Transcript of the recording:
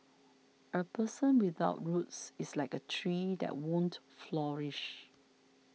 a person without roots is like a tree that won't flourish